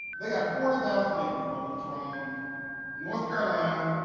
they got forty thousand acres, roland, from north carolina,